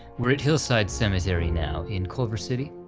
we're at hillside cemetery now, in culver city,